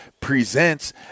Presents